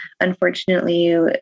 unfortunately